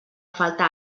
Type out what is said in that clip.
falta